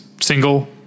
single